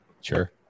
Sure